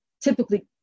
typically